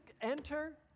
enter